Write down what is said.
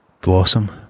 blossom